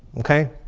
okay?